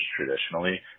traditionally